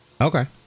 Okay